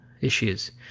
issues